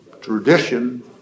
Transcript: tradition